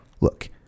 Look